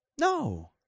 No